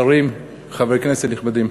שרים, חברי כנסת נכבדים,